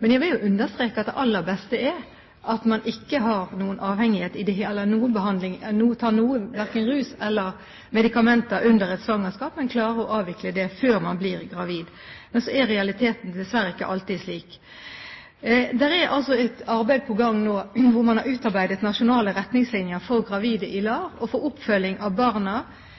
Jeg vil jo understreke at det aller beste er at man ikke har noen avhengighet i det hele tatt, eller er under behandling, at man verken ruser seg eller tar medikamenter under et svangerskap, men klarer å avvikle det før man blir gravid. Men så er realiteten dessverre ikke alltid slik. Det er altså et arbeid på gang nå hvor man har utarbeidet nasjonale retningslinjer for gravide i LAR, og for oppfølging av barna